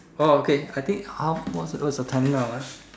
orh okay I think half what's the what is the time now ah